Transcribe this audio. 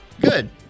Good